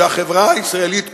שהחברה הישראלית כולה,